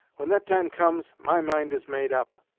when that time comes, my mind is made up.